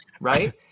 right